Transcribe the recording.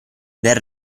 del